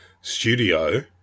studio